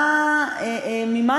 למצרים.